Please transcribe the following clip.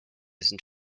sind